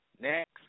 next